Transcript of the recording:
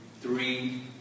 three